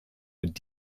mit